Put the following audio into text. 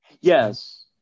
Yes